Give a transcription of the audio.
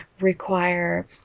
require